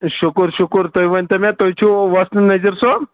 شُکُر شُکُرتُہۍ ؤنۍ تو مےٚ تُہۍ چھو وۄستہٕ نزیر صٲب